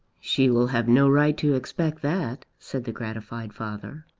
she will have no right to expect that, said the gratified father.